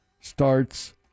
starts